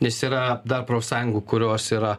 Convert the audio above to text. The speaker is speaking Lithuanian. nes yra dar profsąjungų kurios yra